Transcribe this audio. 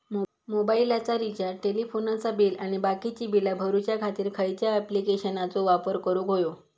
मोबाईलाचा रिचार्ज टेलिफोनाचा बिल आणि बाकीची बिला भरूच्या खातीर खयच्या ॲप्लिकेशनाचो वापर करूक होयो?